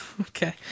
okay